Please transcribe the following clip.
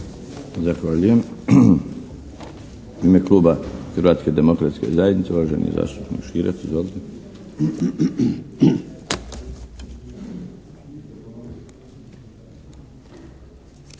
Zahvaljujem. U ime kluba Hrvatske demokratske zajednice uvaženi zastupnik Širac. Izvolite.